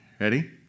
Ready